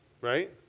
right